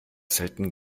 selten